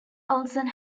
olsen